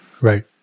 Right